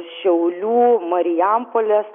šiaulių marijampolės